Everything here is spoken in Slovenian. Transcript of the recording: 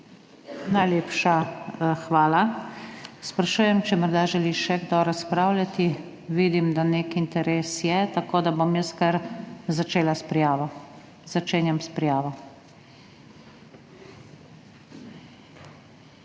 Najlepša hvala. Sprašujem, če morda želi še kdo razpravljati. Vidim, da nek interes je, tako da bom jaz kar začela s prijavo. Začenjam s prijavo. Prijavil